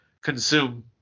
consume